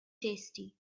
tasty